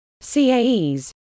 CAEs